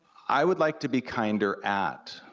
i would like to be kinder at,